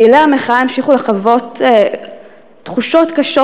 פעילי המחאה המשיכו לחוות תחושות קשות